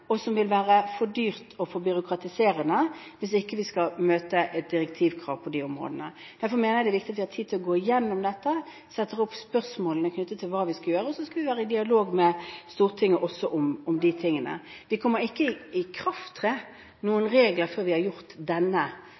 og som vil være for dyrt og for byråkratiserende hvis ikke vi skal møte et direktivkrav på de områdene. Derfor mener jeg det er viktig at vi har tid til å gå igjennom dette og setter opp spørsmålene knyttet til hva vi skal gjøre. Så skal vi være i dialog med Stortinget også om de tingene. Det kommer ikke til å tre noen regler i kraft før vi har gjort denne